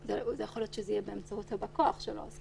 יכול להיות שזה יהיה באמצעות בא הכוח שלו.